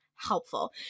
helpful